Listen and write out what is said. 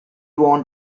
want